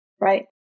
right